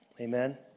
Amen